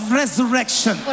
resurrection